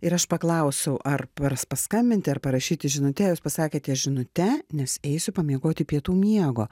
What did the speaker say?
ir aš paklausiau ar pars paskambinti ar parašyti žinute jūs pasakėte žinute nes eisiu pamiegoti pietų miego